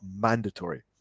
mandatory